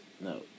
no